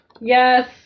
Yes